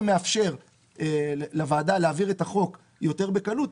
מאפשר לוועדה להעביר את החוק יותר בקלות,